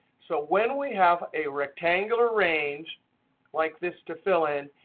so when we have a rectangular range like this to fill in,